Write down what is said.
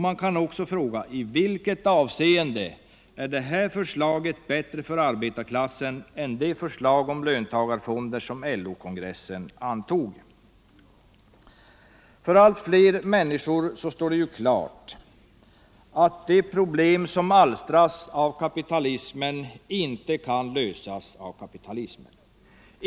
Man kan också fråga: I vilket avseende är det här förslaget bättre för arbetarklassen än det förslag om löntagarfonder som LO-kongressen antog? För allt fler människor står det klart att de problem som alstras av kapitalismen inte kan lösas av kapitalismen.